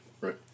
Right